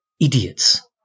idiots